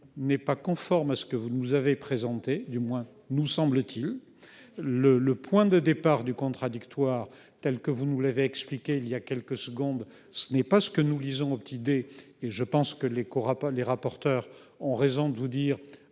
n'est pas conforme à ce que vous nous avez présenté, du moins nous semble-t-il. Le point de départ du contradictoire tel que vous nous l'avez expliqué voilà quelques secondes ne correspond pas à ce que nous lisons. Je pense que les rapporteurs ont raison de vous mettre